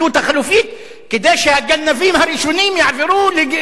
כדי שהגנבים הראשונים יעברו לאזור גנוב אחר?